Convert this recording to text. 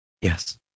Yes